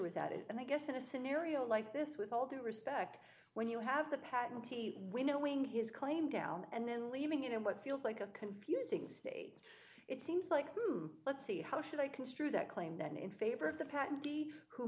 at it and i guess in a scenario like this with all due respect when you have the patentee winnowing his claim down and then leaving it in what feels like a confusing state it seems like let's see how should i construe that claim that in favor of the